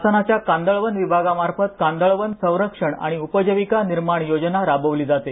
शासनाच्या कांदळवन विभागामार्फत कांदाळवन संरक्षण आणि उपजीविका निर्माण योजना राबविली जाते